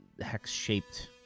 hex-shaped